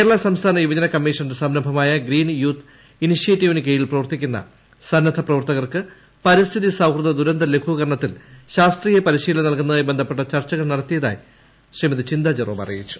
കേരള സംസ്ഥാന യുവജന കമ്മീഷന്റെ സംരംഭമായ ഗ്രീൻ യൂത്ത് ഇനിഷിയേറ്റീവിനു കീഴിൽ പ്രവർത്തിക്കുന്ന സന്നദ്ധ പ്രവർത്തകർക്ക് പരിസ്ഥിതി സൌഹൃദ ദുരന്ത ലഘൂകരണത്തിൽ ശാസ്ത്രീയ പരിശീലനം നൽകുന്നതുമായി ബന്ധപ്പെട്ട ചർച്ചകൾ നടത്തിയതായി ചിന്ത ജെറോം അറിയിച്ചു